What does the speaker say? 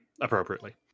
appropriately